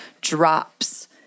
drops